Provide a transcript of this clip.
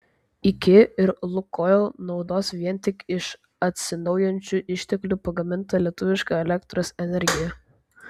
iki ir lukoil naudos vien tik iš atsinaujinančių išteklių pagamintą lietuvišką elektros energiją